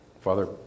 Father